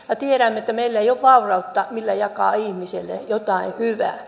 minä tiedän että meillä ei ole vaurautta millä jakaa ihmisille jotain hyvää